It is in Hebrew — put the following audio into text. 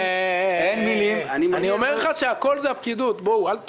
אין מילים ---<< דובר_המשך >> שר התחבורה והבטיחות בדרכים